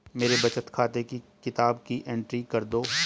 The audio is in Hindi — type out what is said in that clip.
मेरे बचत खाते की किताब की एंट्री कर दो?